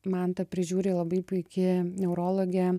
mantą prižiūri labai puiki neurologė